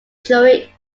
jury